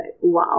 wow